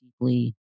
deeply